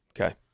Okay